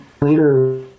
later